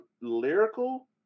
lyrical